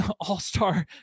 all-star